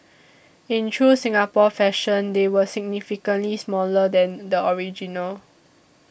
in true Singapore fashion they were significantly smaller than the original